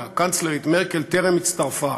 והקנצלרית מרקל טרם הצטרפה,